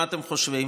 מה אתם חושבים?